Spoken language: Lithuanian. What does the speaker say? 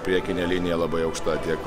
priekinė linija labai aukšta tiek